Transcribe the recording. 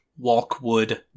walkwood